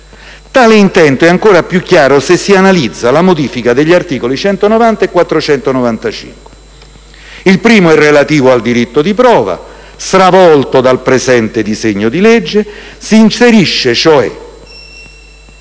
Tale intento è ancora più chiaro se si analizza la modifica degli articoli 190 e 495. Il primo è relativo al diritto di prova, stravolto dal presente disegno di legge. PRESIDENTE.